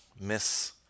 Miss